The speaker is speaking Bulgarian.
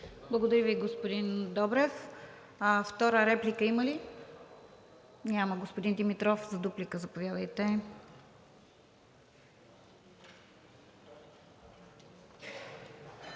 Благодаря Ви, господин Добрев. Втора реплика има ли? Няма. Господин Димитров, за дуплика – заповядайте.